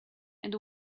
and